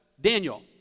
Daniel